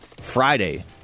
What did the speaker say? Friday